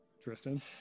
Tristan